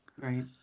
Right